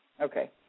Okay